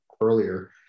earlier